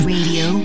Radio